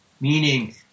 meaning